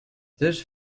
this